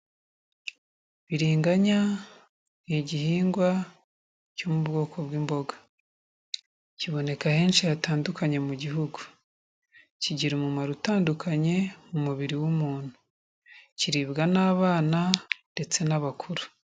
Biringanya ni igihingwa cyo mu bwoko bw'imboga. Kiboneka henshi hatandukanye mu gihugu. Kigira umumaro utandukanye, mu mubiri w'umuntu. Kiribwa n'abana ndetse n'abakuru.